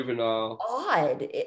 odd